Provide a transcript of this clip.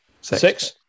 Six